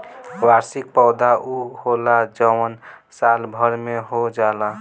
वार्षिक पौधा उ होला जवन साल भर में हो जाला